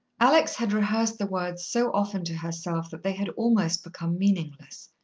alex had rehearsed the words so often to herself that they had almost become meaningless.